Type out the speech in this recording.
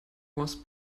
was